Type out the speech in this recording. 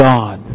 God